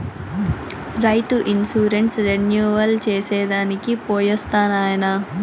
రైతు insurance renewal చేసి దానికి పోయొస్తా నాయనా